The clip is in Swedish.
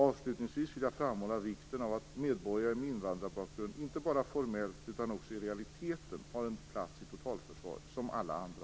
Avslutningsvis vill jag framhålla vikten av att medborgare med invandrarbakgrund inte bara formellt utan också i realiteten har en plats i totalförsvaret som alla andra.